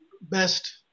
best